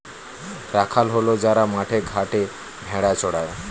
রাখাল হল যারা মাঠে ঘাটে ভেড়া চড়ায়